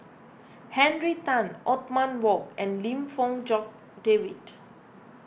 Henry Tan Othman Wok and Lim Fong Jock David